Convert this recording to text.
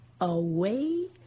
away